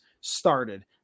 started